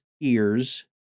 ears